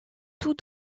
tout